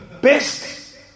best